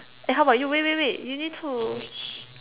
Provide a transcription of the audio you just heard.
eh how about you wait wait wait you need to